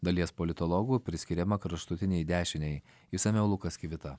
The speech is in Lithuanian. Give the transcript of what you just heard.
dalies politologų priskiriama kraštutinei dešinei išsamiau lukas kvita